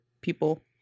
people